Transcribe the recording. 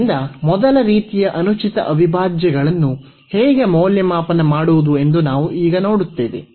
ಆದ್ದರಿಂದ ಮೊದಲ ರೀತಿಯ ಅನುಚಿತ ಅವಿಭಾಜ್ಯಗಳನ್ನು ಹೇಗೆ ಮೌಲ್ಯಮಾಪನ ಮಾಡುವುದು ಎಂದು ಈಗ ನಾವು ನೋಡುತ್ತೇವೆ